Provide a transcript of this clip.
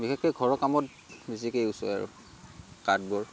বিশেষকৈ ঘৰৰ কামত বেছিকে ইউজ হয় আৰু কাঠবোৰ